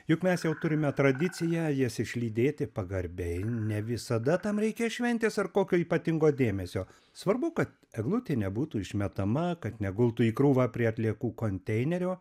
juk mes jau turime tradiciją jas išlydėti pagarbiai ne visada tam reikia šventės ar kokio ypatingo dėmesio svarbu kad eglutė nebūtų išmetama kad negultų į krūvą prie atliekų konteinerio